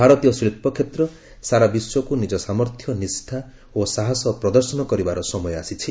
ଭାରତୀୟ ଶିଳ୍ପ କ୍ଷେତ୍ର ସାରା ବିଶ୍ୱକୁ ନିଜ ସାମର୍ଥ୍ୟ ନିଷ୍ଠା ଓ ସାହସ ପ୍ରଦର୍ଶନ କରିବା ସମୟ ଆସିଛି